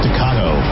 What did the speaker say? Staccato